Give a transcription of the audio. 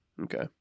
Okay